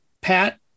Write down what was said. Pat